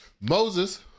moses